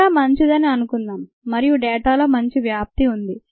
data మంచిదని అనుకుందాం మరియు డేటాలో మంచి వ్యాప్తి ఉంది